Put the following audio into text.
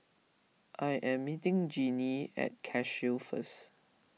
I am meeting Jennie at Cashew first